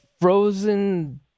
frozen